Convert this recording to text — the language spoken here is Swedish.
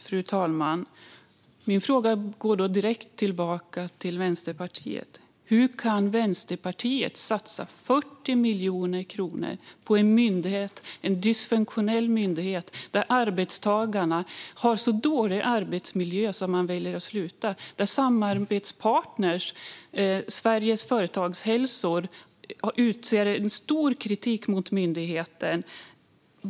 Fru talman! Jag ställer en fråga direkt tillbaka till Vänsterpartiet. Hur kan Vänsterpartiet satsa 40 miljoner kronor på en dysfunktionell myndighet? Arbetstagarna där har så dålig arbetsmiljö att de väljer att sluta. Samarbetspartnern Sveriges Företagshälsor uttrycker en stor kritik mot myndigheten.